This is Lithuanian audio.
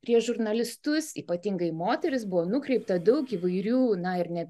prieš žurnalistus ypatingai moteris buvo nukreipta daug įvairių na ir net